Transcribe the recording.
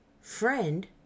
friend